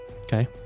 okay